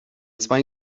zwei